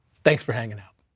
thanks for hanging out.